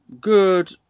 good